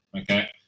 okay